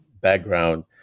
background